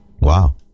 Wow